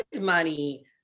money